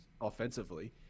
offensively